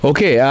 Okay